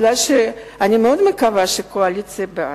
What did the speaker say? כי אני מאוד מקווה שהקואליציה בעד.